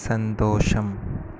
സന്തോഷം